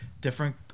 different